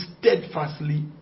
steadfastly